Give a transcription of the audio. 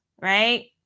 right